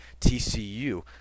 TCU